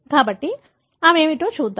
కాబట్టి అవి ఏమిటో చూద్దాం